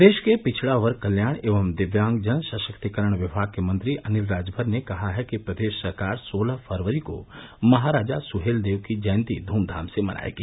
प्रदेश के पिछड़ा वर्ग कल्याण एवं दिव्यांग जन सशक्तीकरण विभाग के मंत्री अनिल राजभर ने कहा है कि प्रदेश सरकार सोलह फरवरी को महाराजा सुहेल देव की जयंती ध्म्घाम से मनायेगी